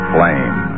Flame